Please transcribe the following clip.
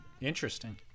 interesting